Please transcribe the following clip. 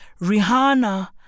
Rihanna